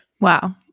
Wow